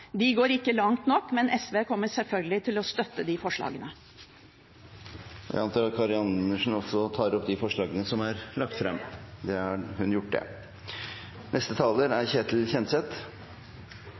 De går ikke langt nok, men SV kommer selvfølgelig til å støtte forslagene. Jeg antar at Karin Andersen også vil ta opp forslagene som er lagt fram. Det vil jeg. Representanten Karin Andersen har